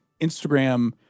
Instagram